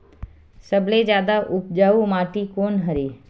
सबले जादा उपजाऊ माटी कोन हरे?